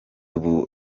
ubu